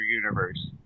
universe